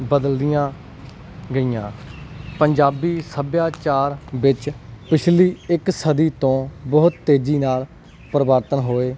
ਬਦਲਦੀਆਂ ਗਈਆਂ ਪੰਜਾਬੀ ਸੱਭਿਆਚਾਰ ਵਿੱਚ ਪਿਛਲੀ ਇੱਕ ਸਦੀ ਤੋਂ ਬਹੁਤ ਤੇਜ਼ੀ ਨਾਲ ਪਰਿਵਰਤਨ ਹੋਏ